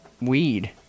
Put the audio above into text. weed